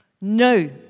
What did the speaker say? No